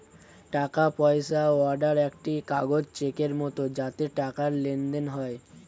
টাকা পয়সা অর্ডার একটি কাগজ চেকের মত যাতে টাকার লেনদেন হয়